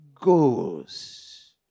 goes